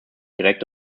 direkt